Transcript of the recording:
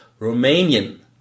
Romanian